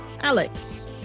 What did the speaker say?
Alex